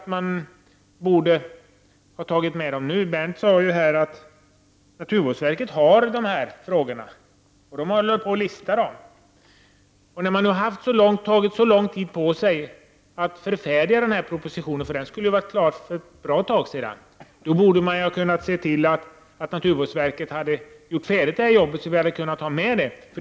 Man borde ha tagit upp dem nu. Berndt Ekholm sade att naturvårdsverket håller på att arbeta med de här frågorna. När nu regeringen tagit så lång tid på sig för den här propositionen, den skulle ju varit klar för ett bra tag sedan, borde den ha sett till att naturvårdsverket blivit färdigt med arbetet.